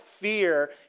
fear